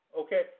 Okay